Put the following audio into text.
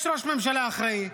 יש ראש ממשלה אחראי,